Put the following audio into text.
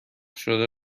شده